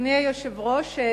אדוני היושב-ראש,